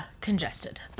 congested